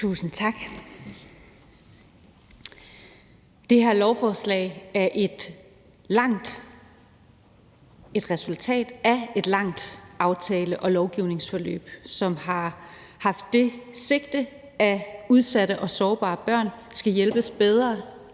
Tusind tak. Det her lovforslag er et resultat af et langt aftale- og lovgivningsforløb, som har haft det sigte, at udsatte og sårbare børn skal hjælpes bedre,